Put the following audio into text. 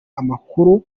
amakuru